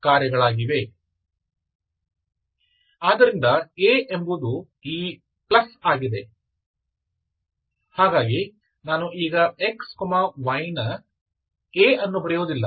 ಆದ್ದರಿಂದ A ಎಂಬುದು ಈ ಪ್ಲಸ್ ಆಗಿದೆ ಹಾಗಾಗಿ ನಾನು ಈಗ xy ನ A ಅನ್ನು ಬರೆಯುವುದಿಲ್ಲ